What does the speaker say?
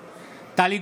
בעד טלי גוטליב,